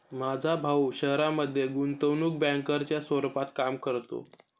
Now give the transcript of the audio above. माझा भाऊ शहरामध्ये गुंतवणूक बँकर च्या रूपात काम करतो